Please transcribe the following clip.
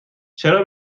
چرا